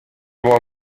bois